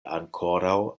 ankoraŭ